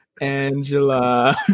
Angela